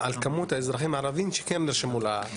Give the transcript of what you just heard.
הרשימה הערבית המאוחדת):